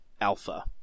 Alpha